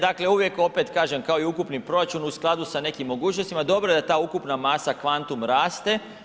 Dakle, uvijek opet kažem kao i ukupni proračun u skladu sa nekim mogućnostima dobro je da ta ukupna masa, kvantum raste.